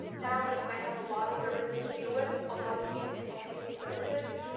now you might have a lot of services to deal with, a lot of teams owning these services.